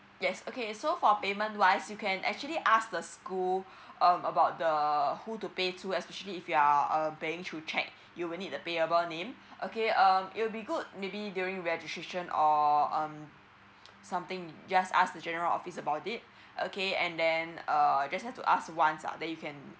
yes okay so for payment wise you can actually ask the school um about the who to pay to actually if you are uh paying through cheque you will need the payable name okay um it will be good maybe during registration or um something you just ask the general office about it okay and then err just have to ask once uh that you can